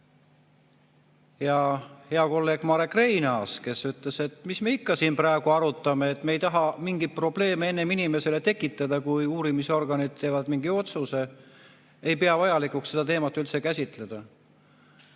ja hea kolleeg Marek Reinaas, kes ütles, et mis me ikka siin praegu arutame, me ei taha mingeid probleeme enne inimesele tekitada, kui uurimisorganid teevad mingi otsuse, me ei pea vajalikuks seda teemat üldse käsitleda.